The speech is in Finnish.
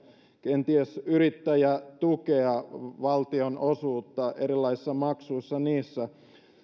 kenties yrittäjätukea valtionosuutta erilaisissa maksuissa